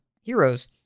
heroes